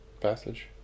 passage